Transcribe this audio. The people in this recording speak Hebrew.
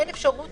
אין אפשרות